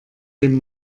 dem